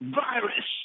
virus